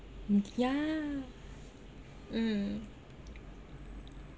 mm yah mm